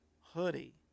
hoodie